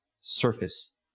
surface